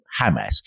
Hamas